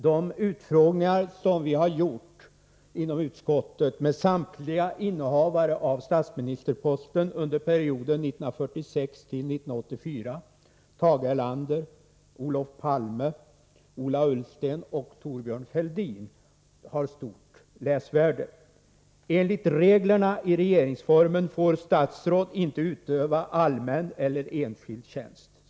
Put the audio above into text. De utfrågningar som konstitutionsutskottet har gjort med samtliga innehavare av statsministerposten under perioden 1946-1984 — Tage Erlander, Olof Palme, Ola Ullsten och Thorbjörn Fälldin — har stort läsvärde. Enligt reglerna i regeringsformen får statsråd inte utöva allmän eller enskild tjänst.